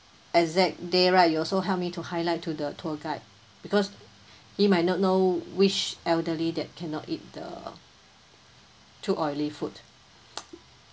exact day right you also help me to highlight to the tour guide because he might not know which elderly that cannot eat the too oily food